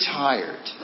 tired